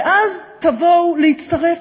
ואז תבואו להצטרף.